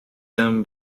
done